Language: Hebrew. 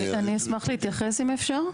אני אשמח להתייחס, אם אפשר.